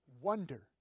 wonder